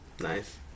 nice